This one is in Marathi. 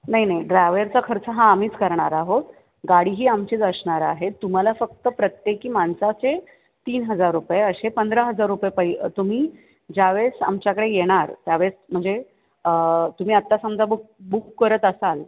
नाही नाही ड्रायवेरचा खर्च हा आम्हीच करणार आहोत गाडीही आमचीच असणार आहे तुम्हाला फक्त प्रत्येकी माणसाचे तीन हजार रुपये असे पंधरा हजार रुपये पै तुम्ही ज्यावेळेस आमच्याकडे येणार त्यावेळेस म्हणजे तुम्ही आत्ता समजा बुक बुक करत असाल